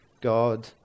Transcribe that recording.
God